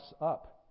up